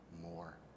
more